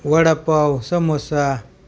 vada pav samosa